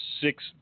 six